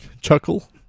Chuckle